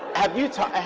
have you talk